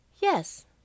Yes